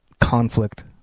conflict